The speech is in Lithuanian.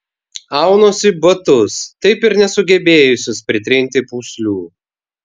aunuosi batus taip ir nesugebėjusius pritrinti pūslių